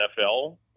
NFL